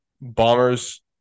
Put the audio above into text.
Bombers